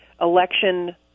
election